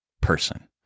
person